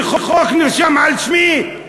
שחוק נרשם על שמי?